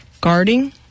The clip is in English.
guarding